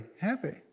happy